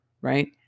right